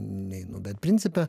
neinu bet principe